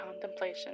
contemplation